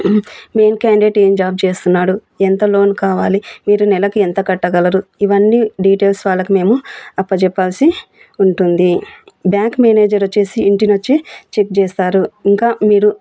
main candidate ఏం job చేస్తున్నాడు ఎంత లోన్ కావాలి మీరు నెలకి ఎంత కట్టగలరు ఇవన్నీ డీటెయిల్స్ వాళ్ళకి మేము అప్పచెప్పాల్సి ఉంటుంది బ్యాంక్ మేనేజర్ వచ్చేసి ఇంటికోచ్చి చెక్ చేస్తారు ఇంకా మీరు